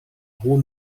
rua